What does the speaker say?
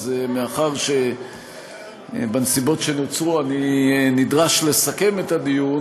אז מאחר שבנסיבות שנוצרו אני נדרש לסכם את הדיון,